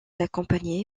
accompagné